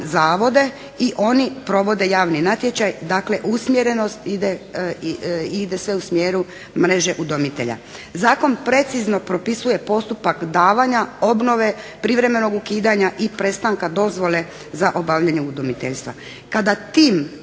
zavode i oni provode javni natječaj. Dakle, usmjerenost ide se u smjeru mreže udomitelja. Zakon precizno propisuje postupak davanja, obnove, privremenog ukidanja i prestanka dozvole za obavljanje udomiteljstva. Kada tim